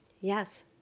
Yes